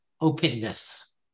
openness